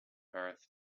earth